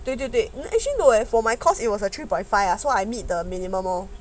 对对对因为 actually no for my course it was a three point five lah so I meet the minimum lor